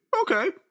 Okay